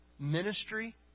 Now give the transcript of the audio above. ministry